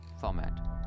format